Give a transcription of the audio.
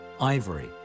ivory